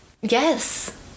yes